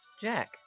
Jack